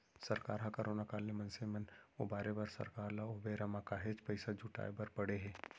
सरकार ह करोना काल ले मनसे मन उबारे बर सरकार ल ओ बेरा म काहेच पइसा जुटाय बर पड़े हे